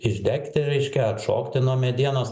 išdegti reiškia atšokti nuo medienos